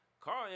Carl